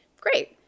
great